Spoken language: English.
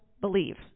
believe